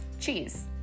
cheese